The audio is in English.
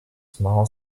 small